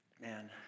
Man